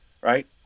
Right